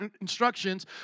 instructions